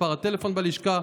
מספר הטלפון בלשכה,